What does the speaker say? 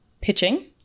pitching